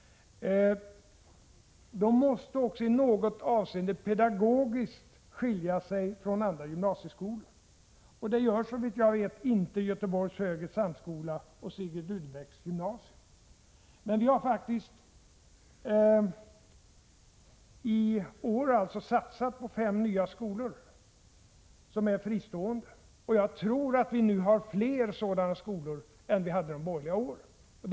De måste också i något avseende pedagogiskt skilja sig från andra gymnasieskolor, och det gör såvitt jag vet inte Göteborgs högre samskola och Sigrid Rudebecks gymnasium. Men vi har faktiskt i år satsat på fem nya skolor som är fristående, och jag tror att det nu finns flera sådana skolor än under de borgerliga åren.